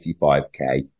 85k